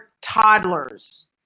toddlers